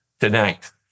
tonight